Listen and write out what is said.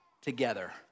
together